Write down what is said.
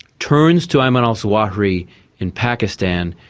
turns to ayman al-zawahiri in pakistan,